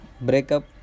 breakup